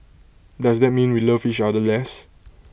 does that mean we love each other less